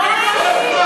אדוני היושב-ראש,